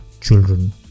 children